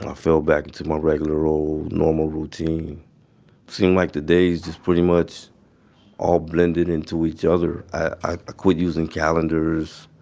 but fell back into my regular role, normal routine seemed like the days just pretty much all blended into each other. i quit using calendars.